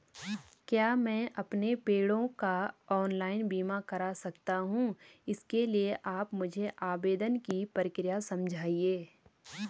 क्या मैं अपने पेड़ों का ऑनलाइन बीमा करा सकता हूँ इसके लिए आप मुझे आवेदन की प्रक्रिया समझाइए?